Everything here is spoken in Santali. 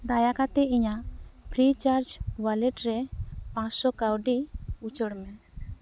ᱫᱟᱭᱟ ᱠᱟᱛᱮᱫ ᱤᱧᱟᱹᱜ ᱯᱷᱨᱤᱪᱟᱨᱡᱽ ᱚᱣᱟᱞᱮᱴ ᱨᱮ ᱯᱟᱪᱥᱳ ᱠᱟᱹᱣᱰᱤ ᱩᱪᱟᱹᱲᱢᱮ